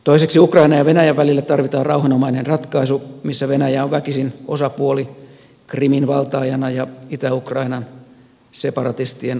toiseksi ukrainan ja venäjän välille tarvitaan rauhanomainen ratkaisu jossa venäjä on väkisin osapuoli krimin valtaajana ja itä ukrainan separatistien asekumppanina